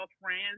friends